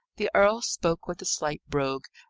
the earl spoke with a slight brogue,